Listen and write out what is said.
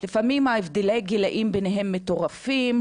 לפעמים הבדלי הגילאים ביניהם מטורפים,